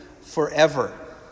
forever